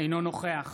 אינו נוכח